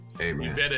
Amen